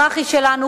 מח"י שלנו,